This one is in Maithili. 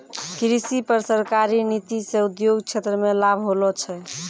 कृषि पर सरकारी नीति से उद्योग क्षेत्र मे लाभ होलो छै